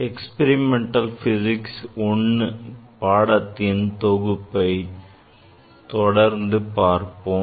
Experimental Physics I பாடத்தின் தொகுப்பை தொடர்ந்து பார்ப்போம்